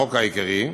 החוק העיקרי),